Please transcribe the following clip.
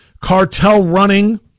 cartel-running